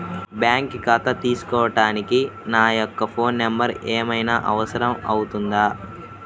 Bank ఖాతా తీసుకోవడానికి నా యొక్క ఫోన్ నెంబర్ ఏమైనా అవసరం అవుతుందా?